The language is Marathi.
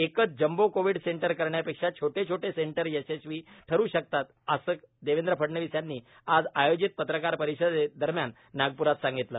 एकच जंबो कोविड सेंटर करण्यापेक्षा छोटे छोटे सेंटर यशस्वी ठरू शकतात असं देवेंद्र फडणवीस यांनी आज आयोजित पत्रकार परिषदे दरम्यान नागप्रात सांगितलं